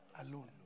alone